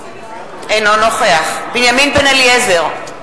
אינו נוכח בנימין בן-אליעזר,